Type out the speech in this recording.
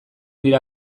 dira